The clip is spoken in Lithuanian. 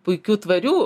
puikių tvarių